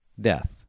death